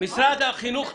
משרד החינוך תומך.